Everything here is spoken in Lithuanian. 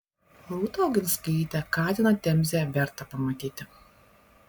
rūta oginskaitė katiną temzėje verta pamatyti